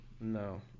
no